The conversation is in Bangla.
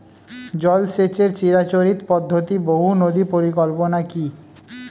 জল সেচের চিরাচরিত পদ্ধতি বহু নদী পরিকল্পনা কি?